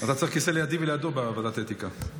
אתה צריך כיסא לידי ולידו בוועדת האתיקה.